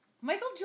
Michael